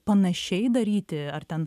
panašiai daryti ar ten